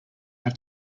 have